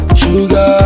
sugar